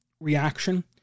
reaction